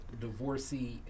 divorcee